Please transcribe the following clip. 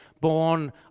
born